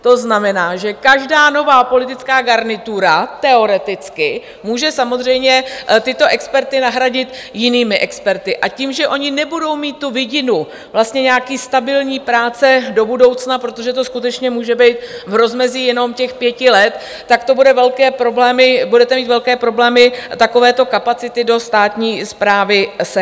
To znamená, že každá nová politická garnitura teoreticky může samozřejmě tyto experty nahradit jinými experty, a tím, že oni nebudou mít vidinu vlastně nějaké stabilní práce do budoucna, protože to skutečně může být v rozmezí jenom těch pěti let, tak budete mít velké problémy takovéto kapacity do státní správy sehnat.